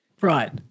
right